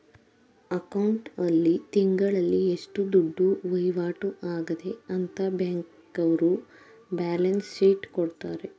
account ಆಲ್ಲಿ ತಿಂಗಳಲ್ಲಿ ಎಷ್ಟು ದುಡ್ಡು ವೈವಾಟು ಆಗದೆ ಅಂತ ಬ್ಯಾಂಕ್ನವರ್ರು ಬ್ಯಾಲನ್ಸ್ ಶೀಟ್ ಕೊಡ್ತಾರೆ